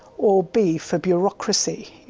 or b for bureaucracy.